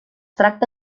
tracta